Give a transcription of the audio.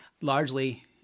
largely